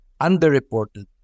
underreported